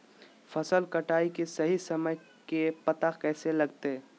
फसल कटाई के सही समय के पता कैसे लगते?